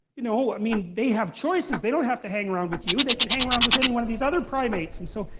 you know i mean they have choices, they don't have to hang around with you. they can hang around with any one of these other primates. and so,